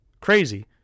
crazy